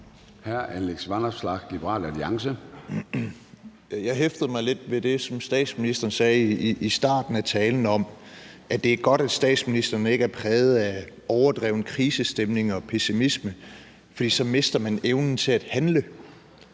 Jeg hæftede mig lidt ved det, som statsministeren sagde i starten af talen om, at det er godt, at statsministeren ikke er præget af overdreven krisestemning og pessimisme, fordi man så mister evnen til at handle.